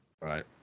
Right